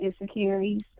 insecurities